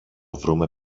βρούμε